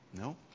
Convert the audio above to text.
No